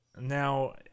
now